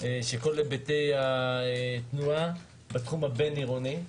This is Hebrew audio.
של כל היבטי התנועה בתחום הבין-עירוני,